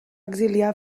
exiliar